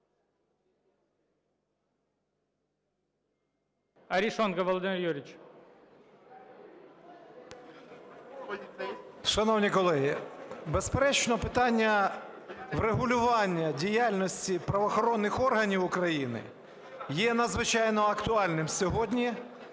Шановні колеги, безперечно, питання врегулювання діяльності правоохоронних органів України є надзвичайно актуальним сьогодні.